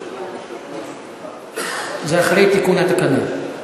זה אחרי תיקון התקנון.